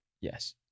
Yes